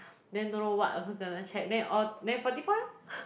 then don't know what also kena check then all then forty points lor